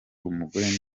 umugore